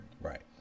right